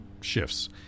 shifts